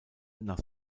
nach